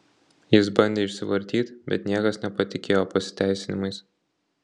jis bandė išsivartyt bet niekas nepatikėjo pasiteisinimais